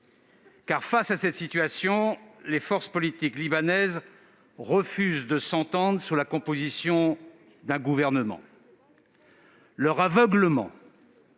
Face à cette situation, les forces politiques libanaises refusent de s'entendre sur la composition d'un gouvernement : leur aveuglement